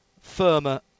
firmer